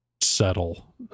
settle